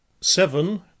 seven